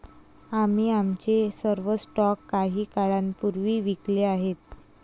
आम्ही आमचे सर्व स्टॉक काही काळापूर्वीच विकले आहेत